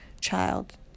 child